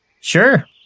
Sure